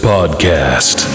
Podcast